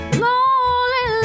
lonely